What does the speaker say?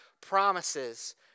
promises